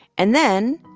and then,